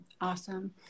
awesome